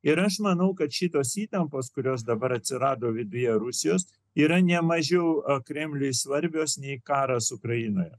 ir aš manau kad šitos įtampos kurios dabar atsirado viduje rusijos yra ne mažiau kremliui svarbios nei karas ukrainoje